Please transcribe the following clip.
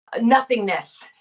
nothingness